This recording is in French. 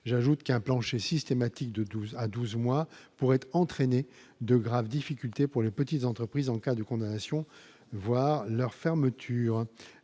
j'ajoute qu'un plancher systématique de 12 à 12 mois pourrait entraîner de graves difficultés pour les petites entreprises en cas de condamnation leur fermeture,